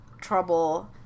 trouble